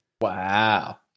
Wow